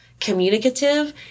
communicative